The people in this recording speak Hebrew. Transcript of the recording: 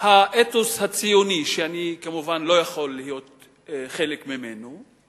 האתוס הציוני, שאני כמובן לא יכול להיות חלק ממנו,